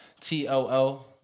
T-O-O